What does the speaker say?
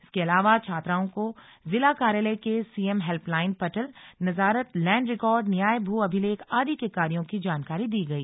इसके अलावा छात्राओं को जिला कार्यालय के सीएम हैल्प लाइन पटल नजारत लैंड रिकॉर्ड न्याय भू अभिलेख आदि के कार्यों की जानकारी दी गई